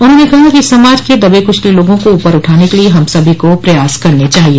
उन्होंने कहा कि समाज के दबे कुचले लोगों को ऊपर उठाने के लिए हम सभी को प्रयास करने चाहिए